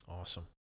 Awesome